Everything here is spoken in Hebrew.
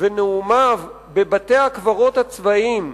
ונאומיו בבתי-הקברות הצבאיים,